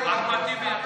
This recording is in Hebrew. אחמד טיבי,